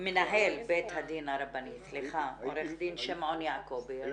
מנהל בית הדין הרבני, עורך דין שמעון יעקבי.